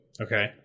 Okay